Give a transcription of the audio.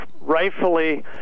rightfully